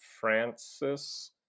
Francis